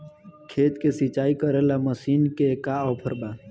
खेत के सिंचाई करेला मशीन के का ऑफर बा?